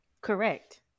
Correct